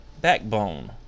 backbone